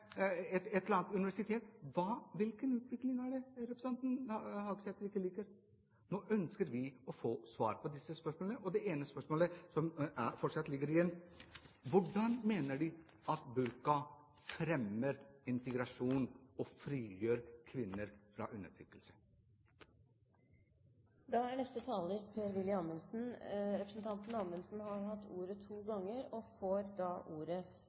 et eller annet universitet? Hvilken utvikling er det representanten Hagesæter ikke liker? Nå ønsker vi å få svar på disse spørsmålene, og det ene spørsmålet som fortsatt står igjen, er: Hvordan mener de at burkaforbud fremmer integrasjon og frigjør kvinner fra undertrykkelse? Representanten Amundsen har hatt ordet to ganger og får ordet